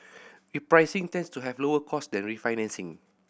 repricing tends to have lower cost than refinancing